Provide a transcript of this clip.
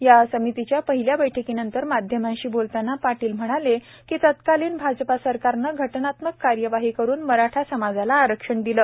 या समितीच्या पहिल्या बैठकीनंतर माध्यमांशी बोलताना पाटील म्हणाले की तत्कालीन भाजपा सरकारनं घटनात्मक कार्यवाही करून मराठा समाजाला आरक्षण दिलं